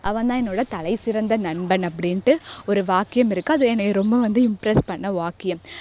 அவன் தான் என்னோடய தலை சிறந்த நண்பன் அப்படின்ட்டு ஒரு வாக்கியம் இருக்குது அது என்னையை ரொம்ப வந்து இம்ப்ரெஸ் பண்ண வாக்கியம்